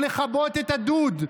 או לכבות את הדוד,